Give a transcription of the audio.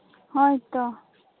ᱦᱳᱭᱛᱳ